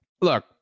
Look